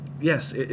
Yes